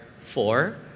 four